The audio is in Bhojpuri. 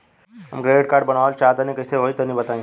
हम क्रेडिट कार्ड बनवावल चाह तनि कइसे होई तनि बताई?